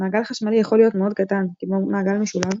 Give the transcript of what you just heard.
מעגל חשמלי יכול להיות מאוד קטן, כמו מעגל משולב.